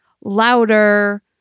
louder